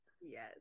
Yes